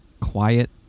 quiet